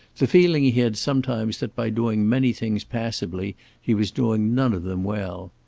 the feeling he had sometimes that by doing many things passably he was doing none of them well.